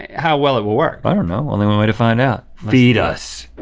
how well it will work. i don't know, only one way to find out. feed us.